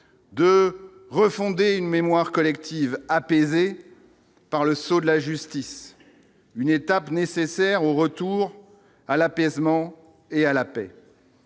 de refonder une mémoire collective apaisée par le sceau de la justice, une étape nécessaire au retour à l'apaisement et à la paix